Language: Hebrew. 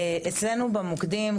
אצלנו במוקדים,